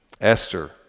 Esther